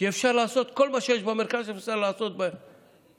כי כל מה שיש במרכז אפשר לעשות בנגב,